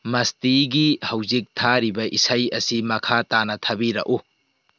ꯃꯁꯇꯤꯒꯤ ꯍꯧꯖꯤꯛ ꯊꯥꯔꯤꯕ ꯏꯁꯩ ꯑꯁꯤ ꯃꯈꯥ ꯇꯥꯅ ꯊꯥꯕꯤꯔꯛꯎ